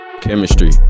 Chemistry